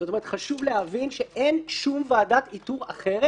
זאת אומרת: חשוב להבין שאין שום ועדת איתור אחרת